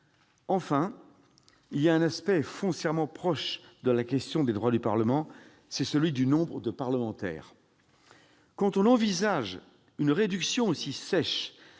Enfin, il y a un aspect foncièrement proche de la question des droits du Parlement : celui du nombre de parlementaires. Quand on envisage une réduction aussi sèche